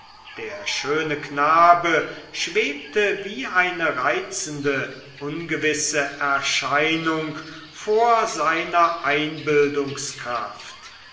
der schöne knabe schwebte wie eine reizende ungewisse erscheinung vor seiner